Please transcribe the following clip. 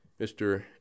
Mr